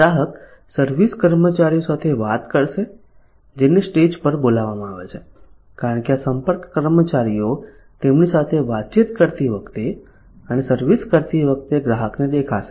ગ્રાહક સર્વિસ કર્મચારીઓ સાથે વાતચીત કરશે જેને સ્ટેજ પર બોલાવવામાં આવે છે કારણ કે આ સંપર્ક કર્મચારીઓ તેમની સાથે વાતચીત કરતી વખતે અને સર્વિસ કરતી વખતે ગ્રાહકને દેખાશે